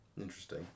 Interesting